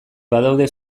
badaude